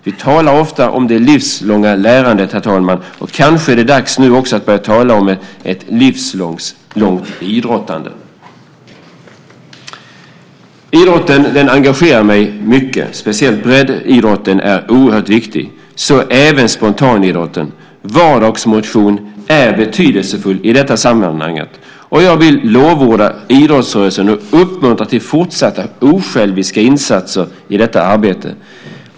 Vi talar ofta om det livslånga lärandet, herr talman, och kanske är det nu dags att också börja tala om ett livslångt idrottande. Idrotten engagerar mig mycket. Speciellt breddidrotten är oerhört viktig, så även spontanidrotten. Vardagsmotionen är betydelsefull i detta sammanhang, och jag vill lovorda idrottsrörelsen och uppmuntra till fortsatta osjälviska insatser i detta arbete.